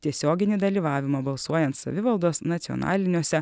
tiesioginį dalyvavimą balsuojant savivaldos nacionaliniuose